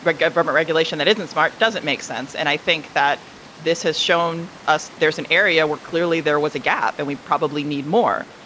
but um regulation that isn't smart doesn't make sense. and i think that this has shown us there's an area where clearly there was a gap. and we probably need more.